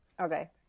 Okay